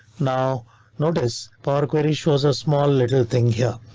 now notice power query shows a small little thing here.